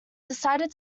decided